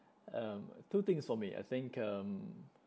um two things for me I think um